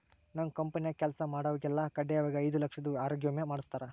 ನಮ್ ಕಂಪೆನ್ಯಾಗ ಕೆಲ್ಸ ಮಾಡ್ವಾಗೆಲ್ಲ ಖಡ್ಡಾಯಾಗಿ ಐದು ಲಕ್ಷುದ್ ಆರೋಗ್ಯ ವಿಮೆ ಮಾಡುಸ್ತಾರ